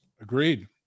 Agreed